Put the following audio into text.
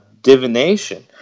divination